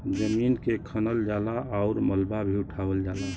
जमीन के खनल जाला आउर मलबा भी उठावल जाला